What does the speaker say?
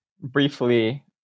briefly